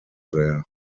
there